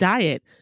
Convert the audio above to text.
Diet